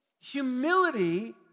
Humility